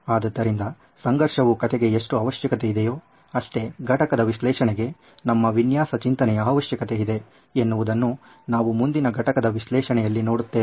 ಆದ್ದರಿಂದ ಸಂಘರ್ಷವು ಕಥೆಗೆ ಎಷ್ಟು ಅವಶ್ಯಕತೆ ಇದೆಯೋ ಅಷ್ಟೇ ಘಟಕದ ವಿಶ್ಲೇಷಣೆಗೆ ನಮ್ಮ ವಿನ್ಯಾಸ ಚಿಂತನೆಯ ಅವಶ್ಯಕತೆಯಿದೆ ಎನ್ನುವುದನ್ನು ನಾವು ಮುಂದೆ ಘಟಕದ ವಿಶ್ಲೇಷಣೆಯಲ್ಲಿ ನೋಡುತ್ತೇವೆ